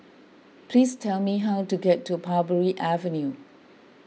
please tell me how to get to Parbury Avenue